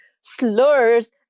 slurs